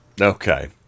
okay